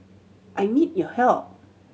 I need your help